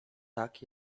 tak